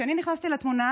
כשאני נכנסתי לתמונה,